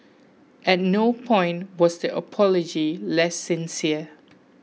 at no point was the apology less sincere